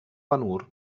vanur